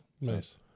Nice